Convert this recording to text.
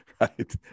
Right